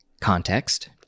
context